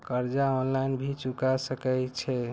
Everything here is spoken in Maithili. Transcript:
कर्जा ऑनलाइन भी चुका सके छी?